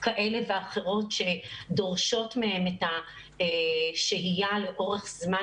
כאלה ואחרות שדורשות מהם את השהייה לאורך זמן